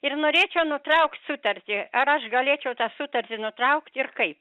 ir norėčiau nutraukt sutartį ar aš galėčiau tą sutartį nutraukt ir kaip